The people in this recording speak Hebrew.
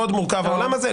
מאוד מורכב העולים הזה.